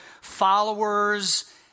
followers